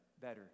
better